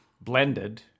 blended